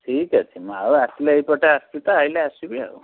ଠିକ୍ ଅଛି ମୁଁ ଆଉ ଆସିଲେ ଏଇପଟେ ଆସୁଛି ତ ଆଇଲେ ଆସିବି ଆଉ